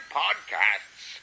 podcasts